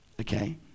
Okay